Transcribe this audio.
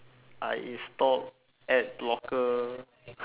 I installed adblocker